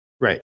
Right